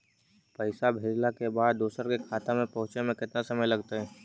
पैसा भेजला के बाद दुसर के खाता में पहुँचे में केतना समय लगतइ?